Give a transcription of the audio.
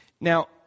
Now